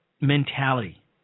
mentality